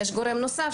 יש גורם נוסף,